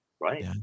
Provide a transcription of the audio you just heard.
Right